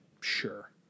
sure